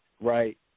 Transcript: right